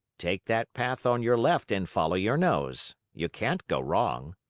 take that path on your left and follow your nose. you can't go wrong.